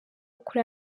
kuri